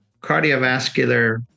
cardiovascular